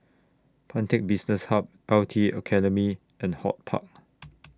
Pantech Business Hub L T A Academy and HortPark